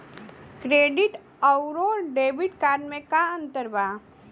Credit अउरो debit card मे का अन्तर बा?